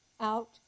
out